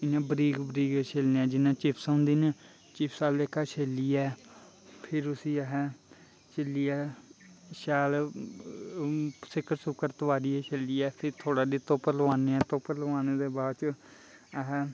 इ'यां बरीक बरीक छिलनें जि'यां चिप्स होंदी न चिप्स आह्ला लेखा शिलियै फिर उस्सी अस शिलियै शैल सिकड़ सुकड़ तोआरियै शिलियै फिर थोह्ड़ा धुप्प लोआनें धुप्प लोआने दे बाद च